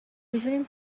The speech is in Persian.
میتوانیم